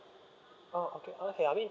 oh okay okay I mean